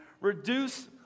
reduce